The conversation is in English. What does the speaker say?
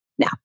Now